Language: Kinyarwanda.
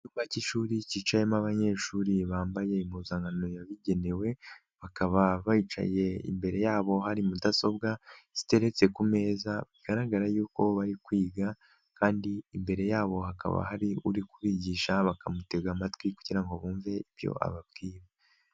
Icyumba cy'ishuri cyicayemo abanyeshuri bambaye impuzankano yabigenewe, bakaba bicaye imbere yabo hari mudasobwa ziteretse ku meza, bigaragara yuko bari kwiga kandi imbere yabo hakaba hari uri kubigisha bakamutega amatwi kugira ngo bumve ibyo ababwiye.